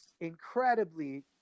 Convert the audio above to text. incredibly